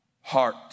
heart